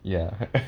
ya